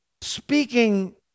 speaking